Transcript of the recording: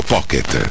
Pocket